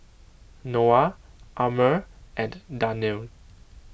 Noah Ammir and Danial